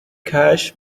کشف